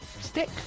stick